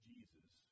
Jesus